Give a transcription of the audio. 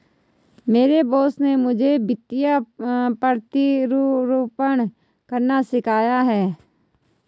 मेरे बॉस ने मुझे वित्तीय प्रतिरूपण करना सिखाया